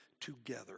together